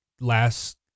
last